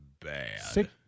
bad